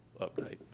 update